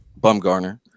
Bumgarner